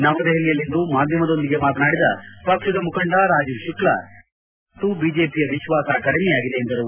ನವದೆಹಲಿಯಲ್ಲಿಂದು ಮಾಧ್ಯಮದೊಂದಿಗೆ ಮಾತನಾಡಿದ ಪಕ್ಷದ ಮುಖಂಡ ರಾಜೀವ್ ಶುಕ್ಲಾ ಸರ್ಕಾರ ರಚನೆಯ ಕುರಿತು ಬಿಜೆಪಿಯ ವಿಶ್ವಾಸ ಕಡಿಮೆಯಾಗಿದೆ ಎಂದರು